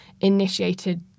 initiated